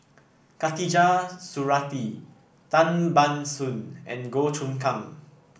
Khatijah Surattee Tan Ban Soon and Goh Choon Kang